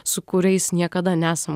su kuriais niekada nesam